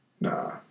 Nah